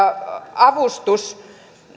avustus